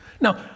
Now